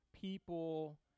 People